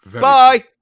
Bye